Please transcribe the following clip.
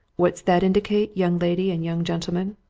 what's that indicate, young lady and young gentleman?